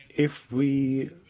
if we